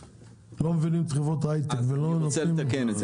עצמם לא מבינים את חברות ההייטק ולא נותנים --- זה